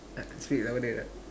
uh speak louder lah